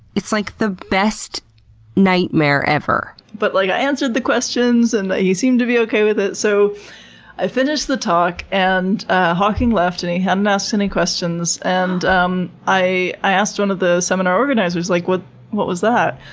it's like the best nightmare ever. but like i answered the questions and he seemed to be okay with it. so i finished the talk, and hawking left, and he hadn't asked any questions. and um i i asked one of the seminar organizers like what what was that?